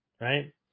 right